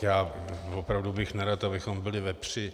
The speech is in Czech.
Já opravdu bych nerad, abychom byli ve při.